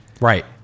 Right